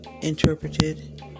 interpreted